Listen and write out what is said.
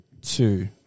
Two